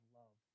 love